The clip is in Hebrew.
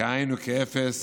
כאין וכאפס